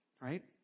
right